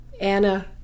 Anna